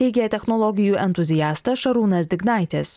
teigia technologijų entuziastas šarūnas dignaitis